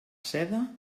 seda